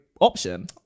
option